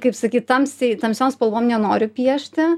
kaip sakyt tamsiai tamsiom spalvom nenoriu piešti